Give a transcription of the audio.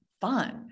fun